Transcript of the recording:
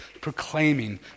proclaiming